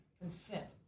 consent